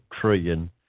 trillion